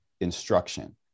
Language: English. instruction